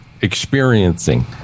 experiencing